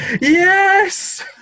yes